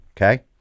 okay